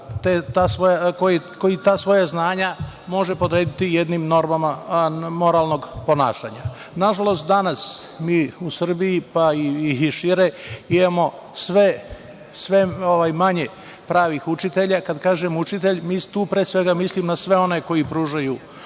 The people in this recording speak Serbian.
koji ta svoja znanja može podrediti normama moralnog ponašanja. Nažalost, danas mi u Srbiji, pa i šire imamo sve manje pravih učitelja. Kada kažem - učitelj, tu pre svega mislim na sve one koji pružaju proces